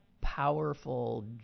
powerful